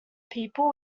people